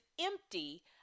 empty